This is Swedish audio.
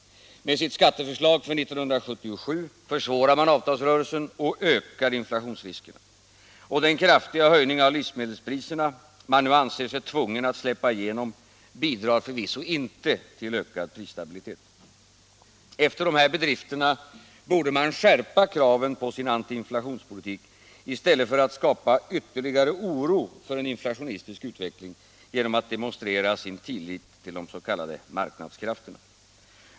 Med sitt skatteförslag för 1977 försvårar man avtalsrörelsen och ökar inflationsriskerna. Och den kraftiga höjning av livsmedelspriserna man nu anser sig tvungen att släppa igenom bidrar förvisso inte till ökad prisstabilitet. Efter de här bedrifterna borde regeringen skärpa kraven på sin antiinflationspolitik i stället för att skapa ytterligare oro för en inflationistisk utveckling genom att demonstrera sin tillit till de s.k. marknadskrafterna.